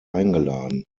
eingeladen